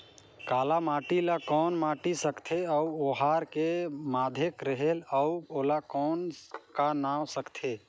काला माटी ला कौन माटी सकथे अउ ओहार के माधेक रेहेल अउ ओला कौन का नाव सकथे?